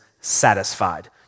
satisfied